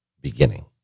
beginning